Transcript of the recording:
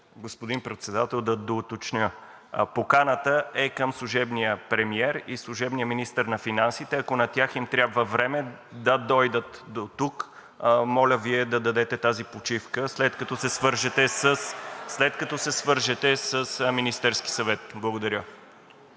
Господин Председател, да доуточня. Поканата е към служебния премиер и служебния министър на финансите. Ако на тях им трябва време да дойдат дотук, моля Вие да дадете тази почивка, след като се свържете с Министерския съвет. Благодаря.